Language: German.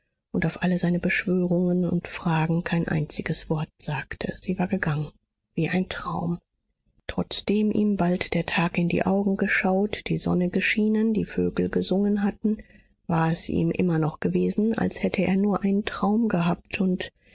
und auf alle seine beschwörungen und fragen kein einziges wort sagte sie war gegangen wie ein traum trotzdem ihm bald der tag in die augen geschaut die sonne geschienen die vögel gesungen hatten war es ihm immer noch gewesen als hätte er nur einen traum gehabt und